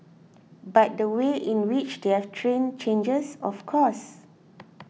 but the way in which they're trained changes of course